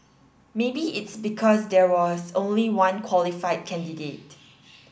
maybe it's because there was only one qualified candidate